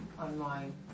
online